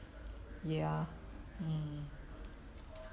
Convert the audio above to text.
ya mm